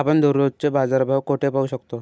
आपण दररोजचे बाजारभाव कोठे पाहू शकतो?